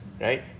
right